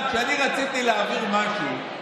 כשאני רציתי להעביר משהו,